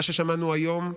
מה ששמענו היום,